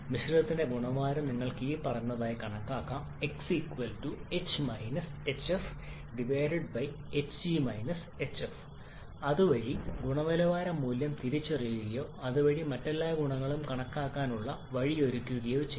മിശ്രിതത്തിന്റെ ഗുണനിലവാരം നിങ്ങൾക്ക് ഇനിപ്പറയുന്നതായി കണക്കാക്കാം അതുവഴി ഗുണനിലവാര മൂല്യം തിരിച്ചറിയുകയോ അതുവഴി മറ്റെല്ലാ ഗുണങ്ങളും കണക്കാക്കാനുള്ള വഴിയൊരുക്കുകയോ ചെയ്യുക